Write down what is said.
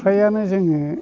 फ्रायानो जोङो